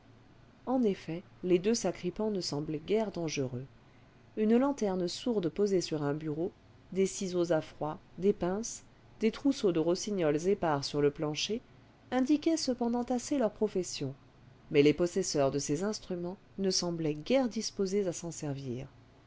en effet les deux sacripants ne semblaient guère dangereux une lanterne sourde posée sur un bureau des ciseaux à froid des pinces des trousseaux de rossignols éjjars sur le plancher indiquaient cependant assez leur profession mais les possesseurs de ces instruments ne semblaient guère disposés à s'en servir